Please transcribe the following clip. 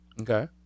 Okay